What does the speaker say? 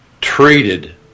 treated